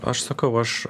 aš sakau aš